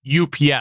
UPS